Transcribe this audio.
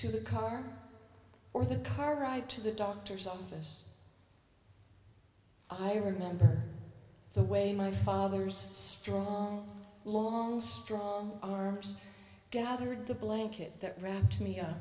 to the car or the car ride to the doctor's office i remember the way my father's strong long strong arms gathered the blanket around me